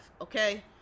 okay